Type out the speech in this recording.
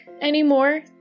anymore